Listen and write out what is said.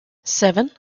seven